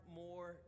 more